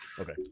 Okay